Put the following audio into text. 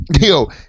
Yo